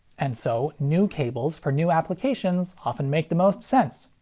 and so, new cables for new applications often make the most sense.